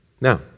Now